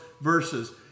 verses